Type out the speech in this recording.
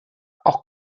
auch